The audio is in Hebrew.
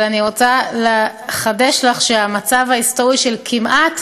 אבל אני רוצה לחדש לך שהמצב ההיסטורי של כמעט